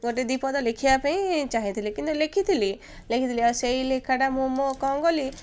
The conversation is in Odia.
ଗୋଟେ ଦୁଇ ପଦ ଲେଖିବା ପାଇଁ ଚାହିଁଥିଲି କିନ୍ତୁ ଲେଖିଥିଲି ଲେଖିଥିଲି ଆଉ ସେଇ ଲେଖାଟା ମୁଁ ମୋ କ'ଣ କଲି